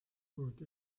bot